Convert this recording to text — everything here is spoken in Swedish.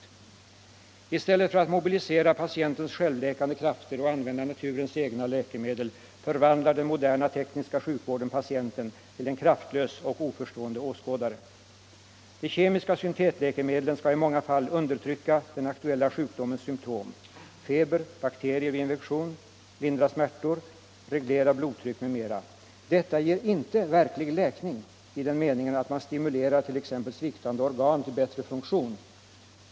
I stället för att Allmänpolitisk debatt Allmänpolitisk debatt mobilisera patientens självläkande krafter och använda naturens egna läkemedel, förvandlar den moderna tekniska sjukvården patienten till en kraftlös och oförstående åskådare. De kemiska syntetläkemedlen skall i många fall undertrycka den aktuella sjukdomens symtom: feber, bakterier vid infektion, lindra smärtor, reglera blodtryck m.m. Detta ger inte verklig läkning i den meningen att man stimulerar t.ex. sviktande organ till bättre funktion.